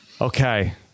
Okay